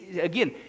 again